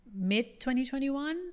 mid-2021